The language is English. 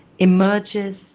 emerges